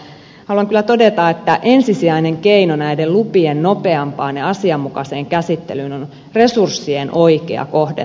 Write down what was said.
haluan kyllä todeta että ensisijainen keino näiden lupien nopeampaan ja asianmukaiseen käsittelyyn on resurssien oikea kohdentaminen